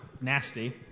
nasty